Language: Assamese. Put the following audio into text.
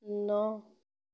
ন